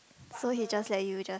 so he just let you just